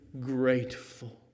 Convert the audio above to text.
grateful